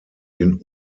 den